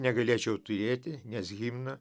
negalėčiau turėti nes himną